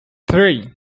three